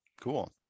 cool